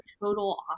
total